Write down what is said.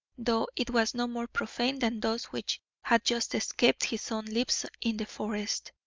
though it was no more profane than those which had just escaped his own lips in the forest,